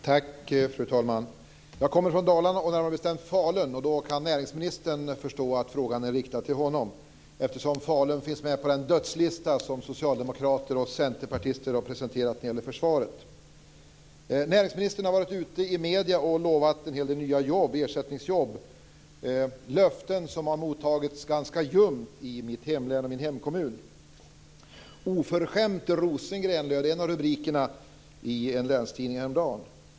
Fru talman! Jag kommer från Dalarna, närmare bestämt Falun. Då kan näringsministern förstå att frågan är riktad till honom. Falun finns med på den dödslista som socialdemokrater och centerpartister har presenterat när det gäller försvaret. Näringsministern har i medierna lovat nya ersättningsjobb. Det är löften som har fått ett ljumt mottagande i mitt hemlän och min hemkommun. "Oförskämt Rosengren" löd en rubrik i en länstidning häromdagen.